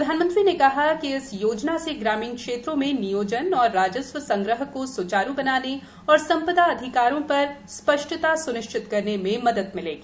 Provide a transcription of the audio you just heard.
प्रधानमंत्री ने कहा कि इस योजना से ग्रामीण क्षेत्रों में नियोजन तथा राजस्व संग्रह को स्चारू बनाने और संपदा अधिकारों पर स्पष्टता स्निश्चित करने में मदद मिलेगी